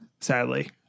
sadly